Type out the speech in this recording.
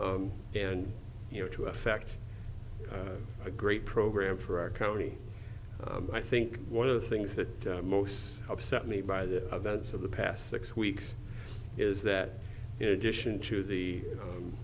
s and you know to effect a great program for our county i think one of the things that most upset me by the events of the past six weeks is that in addition to the